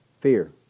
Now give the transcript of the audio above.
fear